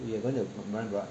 we are going to marina barrage